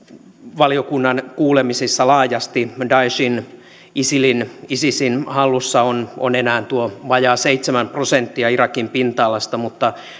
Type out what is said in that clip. valiokunnan kuulemisissa laajasti daeshin isilin isisin hallussa on on enää tuo vajaa seitsemän prosenttia irakin pinta alasta mutta